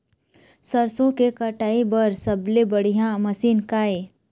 सरसों के कटाई बर सबले बढ़िया मशीन का ये?